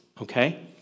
okay